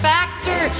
Factor